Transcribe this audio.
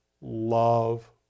love